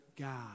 God